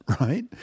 right